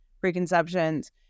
preconceptions